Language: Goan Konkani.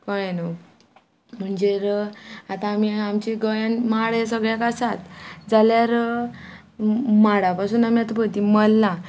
कळ्ळें न्हय आतां आमी आमचे गोंयान माड हे सगळ्यांक आसात जाल्यार माडा पासून आमी आतां पयलीं मल्लां